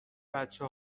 بچه